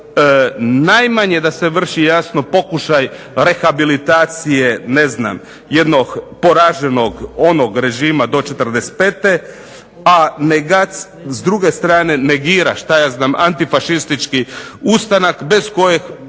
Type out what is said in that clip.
najmanje da se vrši jasno pokušaj rehabilitacije ne znam jednog poraženog onog režima do '45. a s druge strane negira, šta ja znam antifašistički ustanak bez kojeg